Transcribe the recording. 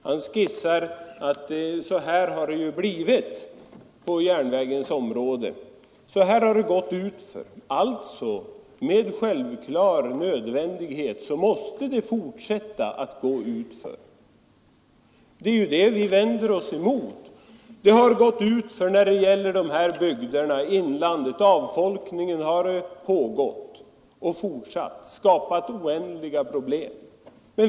Han säger: ”Det har gått utför på järnvägens område. Allså måste det med självklar nödvändighet fortsätta att gå utför.” Det är ju detta vi vänder oss emot. Det har gått utför när det gäller de här bygderna i inlandet. Avfolkningen har fortsatt och skapat oändliga problem.